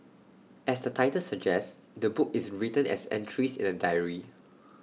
as the title suggests the book is written as entries in A diary